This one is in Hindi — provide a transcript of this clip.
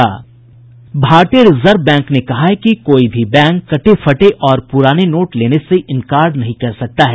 भारतीय रिजर्व बैंक ने कहा है कि कोई भी बैंक कटे फटे और पुराने नोट लेने से इंकार नहीं कर सकता है